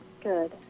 Good